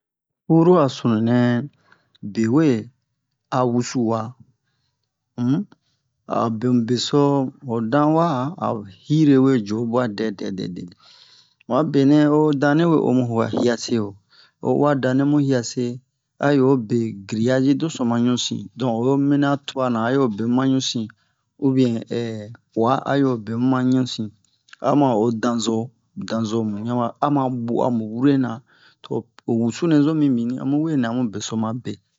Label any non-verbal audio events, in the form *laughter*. furu a sunu nɛ be we a wusu wa um a'o bemu beso ho dan wa a'o hire we jo bua dɛdɛ dɛdɛ mu a be nɛ o dane we omu hiase wo o uwa dane mu hiase a yi o be griagi doso ma ɲusin don o mina tua na a yo be ma ɲusin u bien *hesitation* uwa a yo be mu ma ɲusin ama o danzo danzo mu wian wa ama bu'a mu wure na to ho wusu nɛ zo mimini a mu we nɛ a mu beso ma be